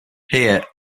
here